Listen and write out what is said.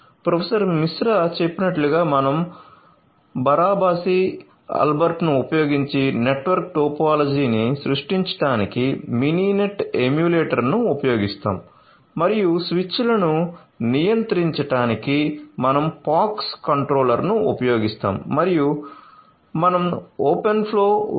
professor Mishra చెప్పినట్లుగా మనం Barabasi ఆల్బర్ట్ను ఉపయోగించి నెట్వర్క్ టోపోలాజీని సృష్టించడానికి మినినెట్ ఎమ్యులేటర్ను ఉపయోగిస్తాము మరియు స్విచ్లను నియంత్రించడానికి మనం POX కంట్రోలర్ను ఉపయోగిస్తాము మరియు మేము ఓపెన్ ఫ్లో 1